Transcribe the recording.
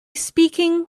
speaking